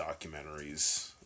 documentaries